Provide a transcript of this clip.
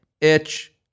Itch